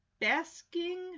Basking